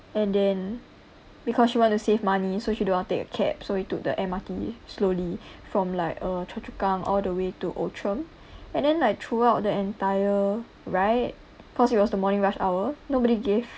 and then because she want to save money so she don't want take a cab so we took the M_R_T slowly from like uh choa chu kang all the way to outram and then like throughout the entire ride because it was the morning rush hour nobody gave